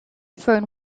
fern